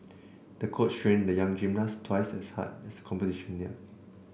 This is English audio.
the coach trained the young gymnast twice as hard as the competition neared